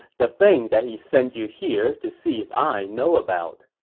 the thing that he sent you here to see if i know about.